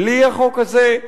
בלי החוק הזה,